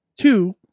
Two